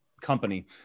company